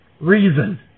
Reason